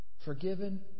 Forgiven